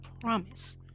promise